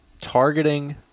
Targeting